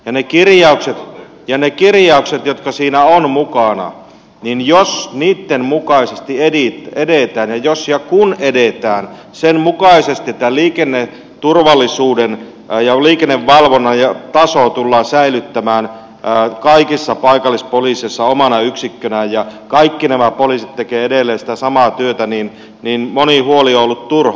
jos edetään niitten kirjausten mukaan jotka siinä ovat mukana niin jos niitten mukaisesti edit ja jos ja kun edetään sen mukaisesti että liikenneturvallisuuden ja liikennevalvonnan taso tullaan säilyttämään kaikissa paikallispoliiseissa omana yksikkönään ja kaikki nämä poliisit tekevät edelleen sitä samaa työtä niin moni huoli on ollut turha